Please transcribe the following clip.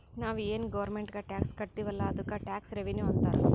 ನಾವು ಏನ್ ಗೌರ್ಮೆಂಟ್ಗ್ ಟ್ಯಾಕ್ಸ್ ಕಟ್ತಿವ್ ಅಲ್ಲ ಅದ್ದುಕ್ ಟ್ಯಾಕ್ಸ್ ರೆವಿನ್ಯೂ ಅಂತಾರ್